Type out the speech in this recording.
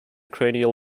cranial